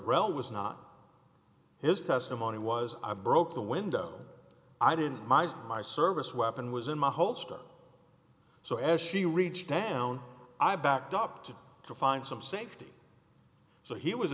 rel was not his testimony was i broke the window i did my service weapon was in my holster so as she reached down i backed up to to find some safety so he was